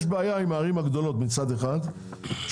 יש בעיה עם הערים הגדולות מצד אחד שהם